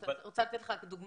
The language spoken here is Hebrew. אני רוצה לתת לך דוגמה,